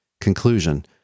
Conclusion